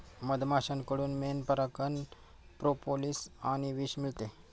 मधमाश्यांकडून मेण, परागकण, प्रोपोलिस आणि विष मिळते